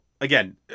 again